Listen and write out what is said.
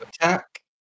attack